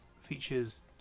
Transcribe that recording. features